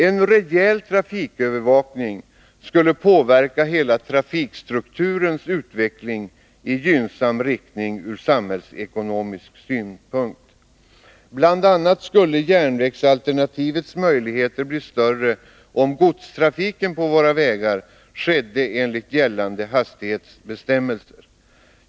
En rejäl trafikövervakning skulle påverka hela trafikstrukturens utveckling i gynnsam riktning ur samhällsekonomisk synpunkt. BI. a. skulle järnvägsalternativets möjligheter bli större, om godstrafiken på våra vägar skedde enligt gällande hastighetsbestämmelser.